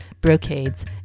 brocades